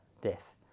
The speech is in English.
death